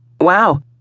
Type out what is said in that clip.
Wow